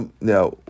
Now